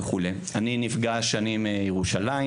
אני מירושלים,